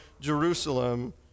Jerusalem